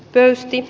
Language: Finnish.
pesti